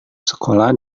sekolah